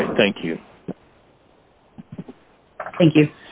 all right thank you thank you